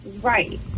right